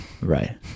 Right